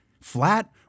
flat